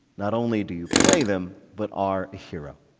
not only do you play them but are a hero.